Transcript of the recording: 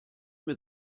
mit